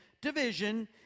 division